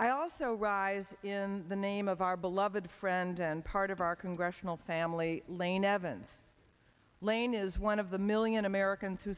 i also arise in the name of our beloved friend and part of our congressional family lane evans lane is one of the million americans who